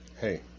Hey